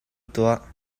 tuah